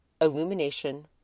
illumination